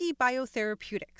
Biotherapeutics